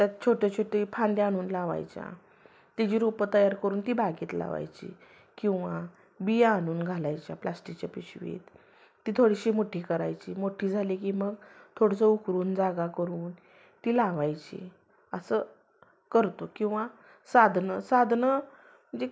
त्यात छोटे छोटे फांद्या आणून लावायच्या तिची रोपं तयार करून ती बागेत लावायची किंवा बिया आणून घालायच्या प्लॅस्टिकच्या पिशवीत ती थोडीशी मोठी करायची मोठी झाले की मग थोडंसं उकरून जागा करून ती लावायची असं करतो किंवा साधनं साधनं जी